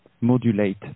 modulate